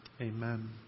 Amen